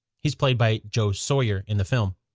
he's played by joe sawyer in the film.